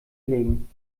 legen